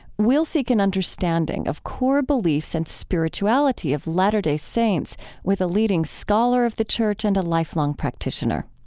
we'll seek an understanding of core beliefs and spirituality of latter-day saints with a leading scholar of the church and a lifelong practitioner.